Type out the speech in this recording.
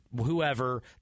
whoever